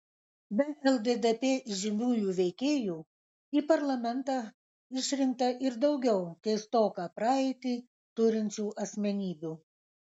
be lddp įžymiųjų veikėjų į parlamentą išrinkta ir daugiau keistoką praeitį turinčių asmenybių